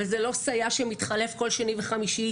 וזה לא סייע שמתחלף כל שני וחמישי,